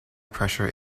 pressure